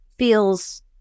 feels